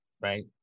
right